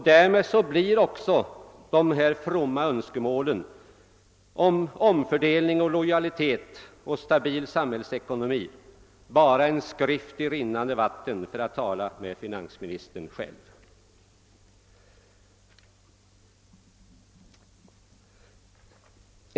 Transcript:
Därmed blir också de fromma önskemålen om omfördelning, lojalitet och stabil samhällsekonomi bara »en skrift i rinnande vatten«, för att använda finansministerns ord.